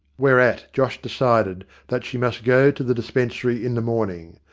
whereat josh decided that she must go to the dispensary in the morning.